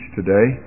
today